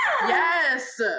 yes